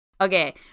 okay